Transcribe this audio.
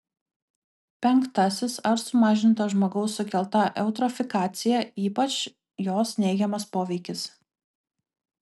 penktasis ar sumažinta žmogaus sukelta eutrofikacija ypač jos neigiamas poveikis